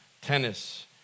tennis